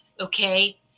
Okay